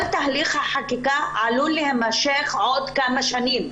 כל תהליך החקיקה עלול להימשך עוד כמה שנים.